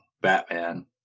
Batman